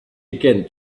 again